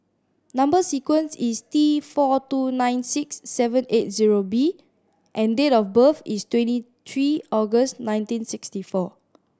number sequence is T four two nine six seven eight zero B and date of birth is twenty three August nineteen sixty four